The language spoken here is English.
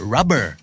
Rubber